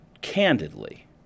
candidly